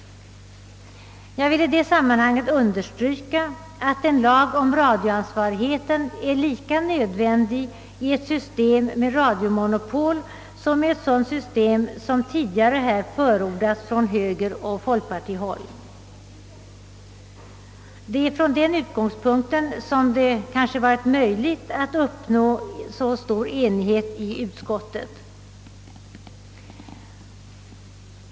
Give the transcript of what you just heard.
Jag vill i detta sammanhang understryka att en lag om radioansvarigheten är lika nödvändig i ett system med radiomonopol som i ett sådant system, som tidigare i dag har förordats från högeroch folkpartihåll. Det är kanske från denna utgångspunkt det varit möjligt att uppnå en enighet inom utskottet.